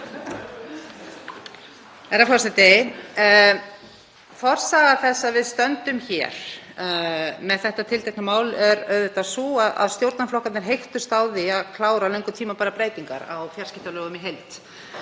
Herra forseti. Forsaga þess að við stöndum hér með þetta tiltekna mál er auðvitað sú að stjórnarflokkarnir heyktust á því að klára löngu tímabærar breytingar á fjarskiptalögum í heild